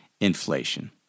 inflation